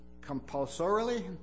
compulsorily